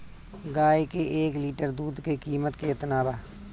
गाए के एक लीटर दूध के कीमत केतना बा?